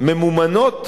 ממומנות,